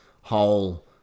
whole